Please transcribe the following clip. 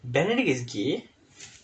benedict is gay